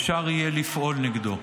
אפשר יהיה לפעול נגדו.